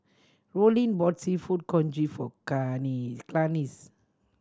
Rollin bought Seafood Congee for Clarnce